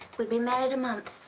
we'd been married a month.